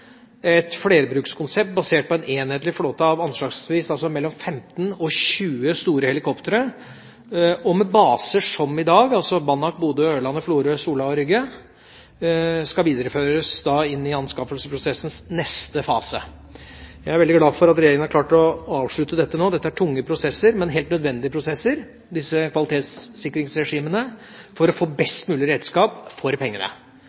Et flerbrukskonsept basert på en enhetlig flåte av anslagsvis 15–20 store helikoptre og med baser som i dag, ved Banak, Bodø, Ørlandet, Florø, Sola og Rygge, skal videreføres i anskaffelsesprosessens neste fase. Jeg er veldig glad for at regjeringa har klart å avslutte dette nå. Disse kvalitetssikringsregimene er tunge, men helt nødvendige prosesser for å få best mulig redskap for pengene.